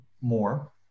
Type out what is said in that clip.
more